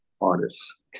artists